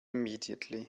immediately